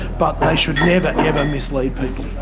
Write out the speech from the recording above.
but they should never ever mislead people.